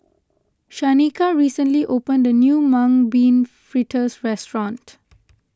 Shanika recently opened the new Mung Bean Fritters restaurant